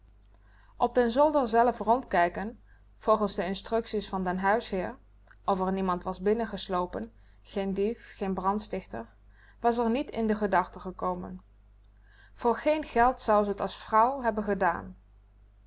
op den zolder zelf rondkijken volgens de instructies van den huiseer of r niemand was binnen geslopen geen dief geen brandstichter was r niet in de gedachte gekomen voor geen geld zou ze t als vruw hebben gedaan